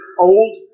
Old